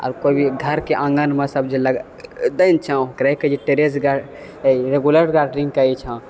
आर कोई भी घरके आँगनमे सब जे लगाबै छै ओकरा कहै छै टेरेस गार्डनिंग रेगुलर गार्डनिंग कहै छऽ